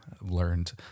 learned